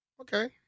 Okay